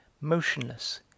motionless